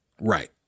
Right